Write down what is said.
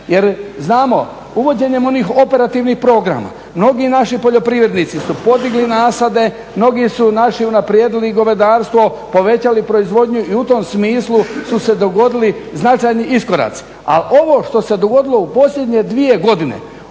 Jer znamo, uvođenjem onih operativnih programa mnogi naši poljoprivrednici su podigli nasade, mnogi su naši unaprijedili govedarstvo, povećali proizvodnju i u tom smislu su se dogodili značajni iskoraci. Ali ovo što se dogodilo u posljednje dvije godine,